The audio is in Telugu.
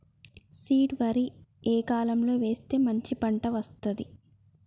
సీడ్ వరి ఏ కాలం లో వేస్తే మంచి పంట వస్తది?